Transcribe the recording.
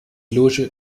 loge